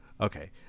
okay